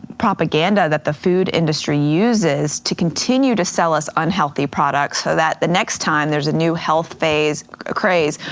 propaganda that the food industry uses to continue to sell us unhealthy products so that the next time there's a new health phase craze,